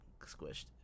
squished